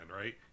right